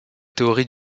théorie